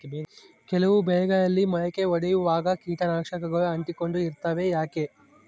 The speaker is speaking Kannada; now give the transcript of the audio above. ಕೆಲವು ಬೆಳೆಗಳಿಗೆ ಮೊಳಕೆ ಒಡಿಯುವಾಗ ಕೇಟನಾಶಕಗಳು ಅಂಟಿಕೊಂಡು ಇರ್ತವ ಯಾಕೆ?